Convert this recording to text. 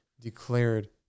declared